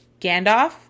Gandalf